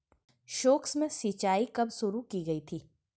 सूक्ष्म सिंचाई कब शुरू की गई थी?